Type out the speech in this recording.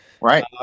right